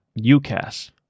UCAS